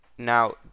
Now